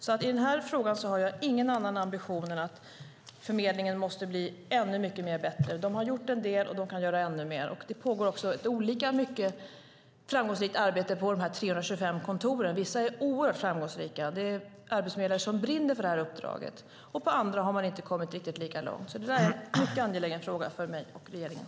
I denna fråga har jag alltså ingen annan ambition än att förmedlingen måste bli ännu bättre. De har gjort en del, och de kan göra ännu mer. Det pågår också olika mycket framgångsrikt arbete på de 325 kontoren. Vissa är oerhört framgångsrika - det är arbetsförmedlare som brinner för uppdraget - och på andra har man inte kommit riktigt lika långt. Det är alltså en mycket angelägen fråga för mig och regeringen.